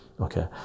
okay